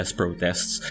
protests